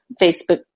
Facebook